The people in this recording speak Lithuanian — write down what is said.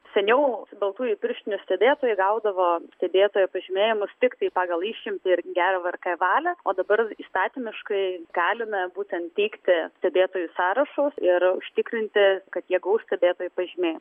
seniau baltųjų pirštinių stebėtojai gaudavo stebėtojo pažymėjimus tiktai pagal išimtį ir gerą vrk valią o dabar įstatymiškai galime būten teikti stebėtojų sąrašus ir užtikrinti kad jie gaus stebėtojų pažymė